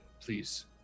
please